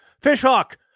fishhawk